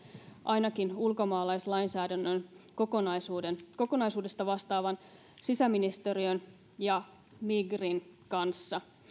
ainakin yhteistyössä ulkomaalaislainsäädännön kokonaisuudesta kokonaisuudesta vastaavan sisäministeriön ja migrin kanssa